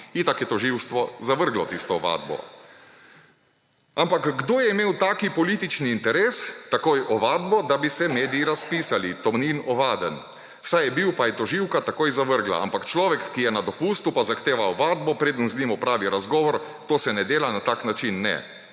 Itak je tožilstvo zavrglo tisto ovadbo. Ampak, kdo je imel tak politični interes, takoj ovadbo, da bi se mediji razpisali, »Tonin ovaden«? Saj je bil, pa je tožilka takoj zavrgla. Ampak človek, ki je na dopustu, pa zahteva ovadbo, preden z njim opravi razgovor. To se ne dela na tak način, ne.«